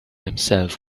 himself